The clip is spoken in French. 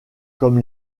comme